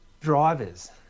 drivers